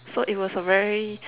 so it was a very